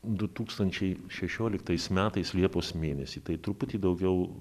du tūkstančiai šešioliktais metais liepos mėnesį tai truputį daugiau